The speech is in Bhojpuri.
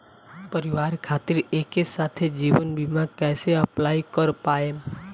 परिवार खातिर एके साथे जीवन बीमा कैसे अप्लाई कर पाएम?